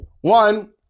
one